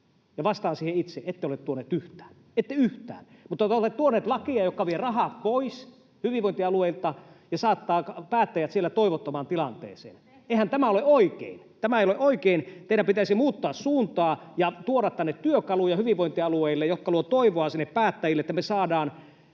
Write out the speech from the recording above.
vastaan siihen itse: ette ole tuonut yhtään, ette yhtään. Mutta olette tuonut lakeja, jotka vievät rahat pois hyvinvointialueilta ja saattavat päättäjät siellä toivottomaan tilanteeseen. [Krista Kiurun välihuuto] Eihän tämä ole oikein. Tämä ei ole oikein. Teidän pitäisi muuttaa suuntaa ja tuoda tänne hyvinvointialueille työkaluja, jotka luovat toivoa sinne päättäjille, että me saadaan